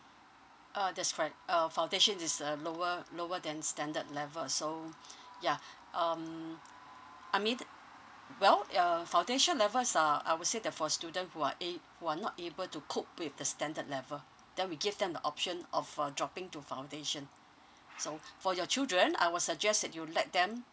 uh that's right uh foundation is a lower lower than standard level so ya um I mean well uh foundation levels are I would say the for student who are a~ who are not able to cope with the standard level then we give them the option of uh dropping to foundation so for your children I will suggest that you let them